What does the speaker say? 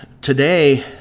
today